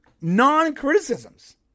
non-criticisms